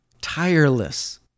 tireless